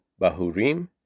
Bahurim